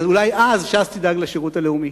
אולי אז ש"ס תדאג לשירות הלאומי.